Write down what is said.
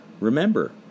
remember